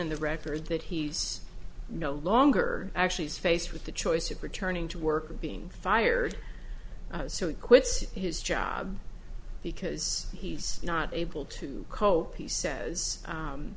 in the record that he's no longer actually is faced with the choice of returning to work or being fired so it quits his job because he's not able to cope he says